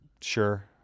sure